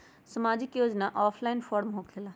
समाजिक योजना offline form होकेला?